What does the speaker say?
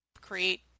create